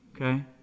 Okay